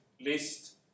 list